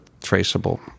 traceable